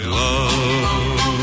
love